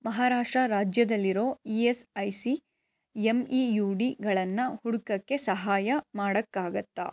ಮಹಾರಾಷ್ಟ್ರ ರಾಜ್ಯದಲ್ಲಿರೋ E S I C M E U ಡಿಗಳನ್ನು ಹುಡ್ಕೋಕ್ಕೆ ಸಹಾಯ ಮಾಡೋಕ್ಕಾಗುತ್ತಾ